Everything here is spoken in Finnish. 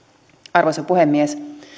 arvoisa puhemies